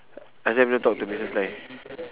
that's why I don't talk to missus lai